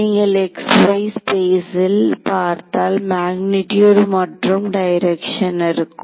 நீங்கள் XY space இல் பார்த்தால் மக்னிடுயூட் மற்றும் டைரக்ஷன் இருக்கும்